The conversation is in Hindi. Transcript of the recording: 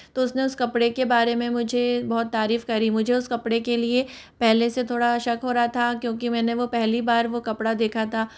तो उसने उस कपड़े के बारे में मुझे बहुत तारीफ़ करी मुझे उस कपड़े के लिए पहले से थोड़ा शक हो रहा था क्योंकि मैंने वो पहली बार वो कपड़ा देखा था